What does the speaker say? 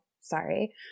sorry